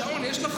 שעון יש לך?